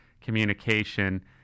communication